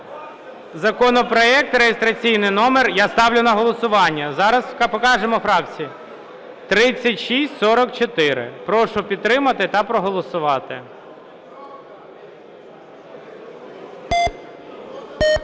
законопроект реєстраційний номер... Я ставлю на голосування, зараз покажемо фракції. 3644. Прошу підтримати та проголосувати.